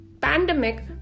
pandemic